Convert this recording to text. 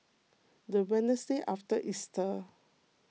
the Wednesday after Easter